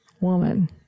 woman